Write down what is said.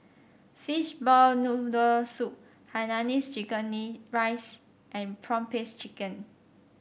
Fishball Noodle Soup Hainanese chicken nee rice and prawn paste chicken